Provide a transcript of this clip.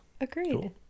Agreed